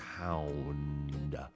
hound